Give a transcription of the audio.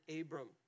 Abram